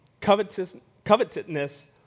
covetousness